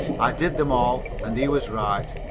i did them all and he was right.